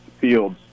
fields